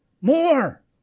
More